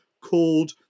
called